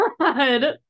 god